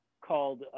called